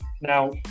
now